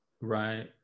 Right